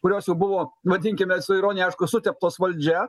kurios jau buvo vadinkime su ironija aišku suteptos valdžia